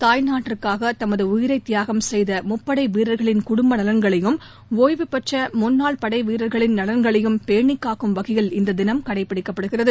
தாய் நாட்டிற்காக தமது உயிரைத் தியாகம் செய்த முப்படை வீரர்களின் குடும்ப நலன்களையும் ஒய்வு பெற்ற முன்னாள் படைவீரர்களின் நலன்களையும் பேணிக் தினம் கடைபிடிக்கப்படுகிறது